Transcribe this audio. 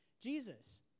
Jesus